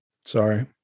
Sorry